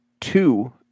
two